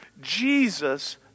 Jesus